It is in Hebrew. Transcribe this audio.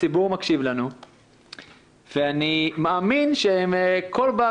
הציבור מקשיב לנו ואני מאמין שכל בר